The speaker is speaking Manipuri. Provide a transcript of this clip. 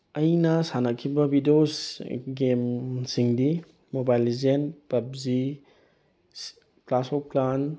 ꯑꯩꯅ ꯁꯥꯟꯅꯈꯤꯕ ꯕꯤꯗꯤꯑꯣꯁ ꯒꯦꯝꯁꯤꯡꯗꯤ mobile legend PUBG clash of clan